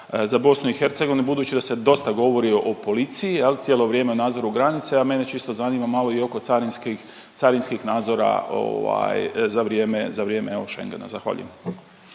za BiH, budući da se dosta govori o policiji, je li, cijelo vrijeme o nadzoru granice, a mene čisto zanima malo i oko carinskih nadzora za vrijeme, evo, Schengena. Zahvaljujem.